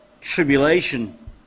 tribulation